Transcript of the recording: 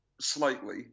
slightly